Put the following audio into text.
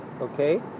okay